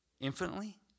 infinitely